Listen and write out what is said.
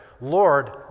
Lord